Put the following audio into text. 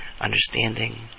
understanding